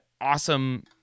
awesome